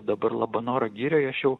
dabar labanoro girioj aš jau